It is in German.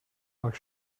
euch